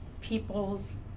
people's